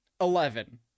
Eleven